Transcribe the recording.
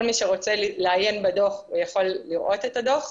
כל מי שרוצה לעיין בדוח, יכול לראות את הדוח.